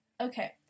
Okay